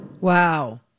Wow